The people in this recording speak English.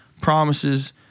promises